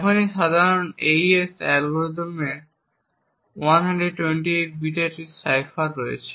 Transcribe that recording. এখন একটি সাধারণ AES অ্যালগরিদমে 128 বিটের একটি কী সাইফার রয়েছে